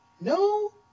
no